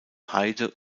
heide